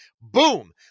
boom